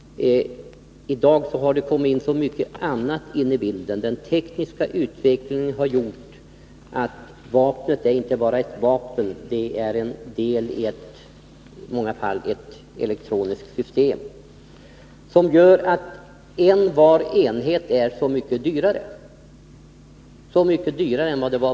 I dag har så mycket annat kommit in i bilden. Den tekniska utvecklingen har gjort att vapnet inte bara är ett vapen — det är i många fall en del av ett elektroniskt system, vilket gör att varje enhet är så mycket dyrare än tidigare.